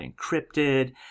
encrypted